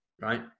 Right